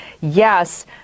yes